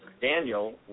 Daniel